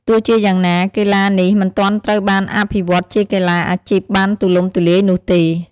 ទោះជាយ៉ាងណា កីឡានេះមិនទាន់ត្រូវបានអភិវឌ្ឍជាកីឡាអាជីពបានទូលំទូលាយនោះទេ។